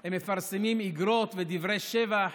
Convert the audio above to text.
הם מפרסמים איגרות ודברי שבח